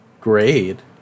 grade